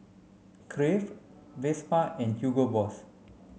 Crave Vespa and Hugo Boss